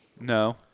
No